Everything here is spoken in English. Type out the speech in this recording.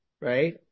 right